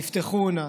תפתחו עונה.